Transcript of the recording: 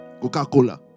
Coca-Cola